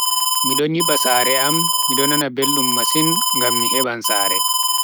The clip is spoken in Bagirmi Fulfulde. Mido nyiba saare am, mido nana beldum masin ngam mi heban saare.